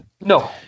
No